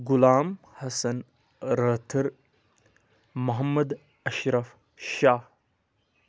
Ghulam Hassan Rather Mohammad Ashraf Shah